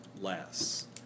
less